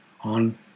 on